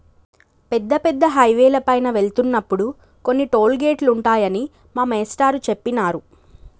పెద్ద పెద్ద హైవేల పైన వెళ్తున్నప్పుడు కొన్ని టోలు గేటులుంటాయని మా మేష్టారు జెప్పినారు